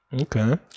Okay